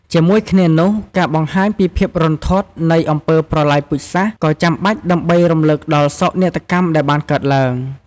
ជាមួយគ្នានោះ ការបង្ហាញពីភាពរន្ធត់នៃអំពើប្រល័យពូជសាសន៍ ក៏ចាំបាច់ដើម្បីរំលឹកដល់សោកនាដកម្មដែលបានកើតឡើង។